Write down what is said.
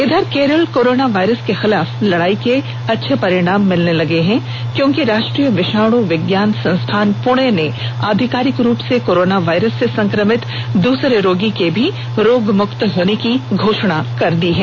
इधर Kerala corona virus के खिलाफ लड़ाई के अच्छे परिणाम मिलने लगे हैं क्योंकि राष्ट्रीय विषाणु विज्ञान संस्थान पुणे ने अधिकारिक रूप से कोरोना वायरस से संक्रमित दूसरे रोगी के भी रोगमुक्त होने कीँ घोषणा कर दी है